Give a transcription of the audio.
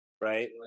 right